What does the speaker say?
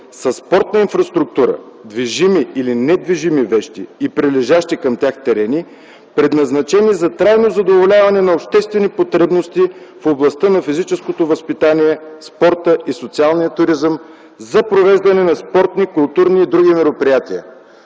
са спортна инфраструктура – движими и/или недвижими вещи и прилежащи към тях терени, предназначени за трайно задоволяване на обществените потребности в областта на физическото възпитание, спорта и социалния туризъм, за провеждане на спортни, културни и други мероприятия.”